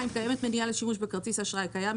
(2) קיימת מניעה לשימוש בכרטיס האשראי הקיים,